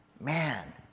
man